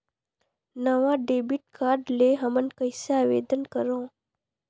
नवा debit card ले हमन कइसे आवेदन करंव?